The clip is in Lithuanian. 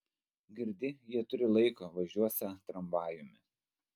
girdi jie turį laiko važiuosią tramvajumi